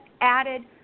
added